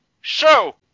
show